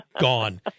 gone